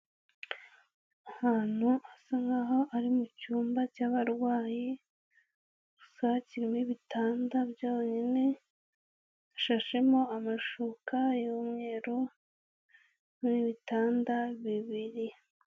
Ahantu hasa nkaho ari mucyumba cyabarwayi, gusa kirimo ibitanda byonyine, hashashemo amashuka y'umweru, n'ibitanda bibiri.